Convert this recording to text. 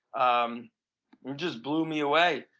um just blew me away.